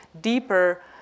deeper